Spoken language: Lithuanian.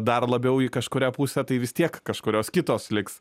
dar labiau į kažkurią pusę tai vis tiek kažkurios kitos liks